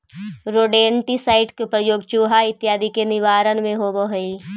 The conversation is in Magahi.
रोडेन्टिसाइड के प्रयोग चुहा इत्यादि के निवारण में होवऽ हई